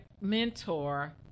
mentor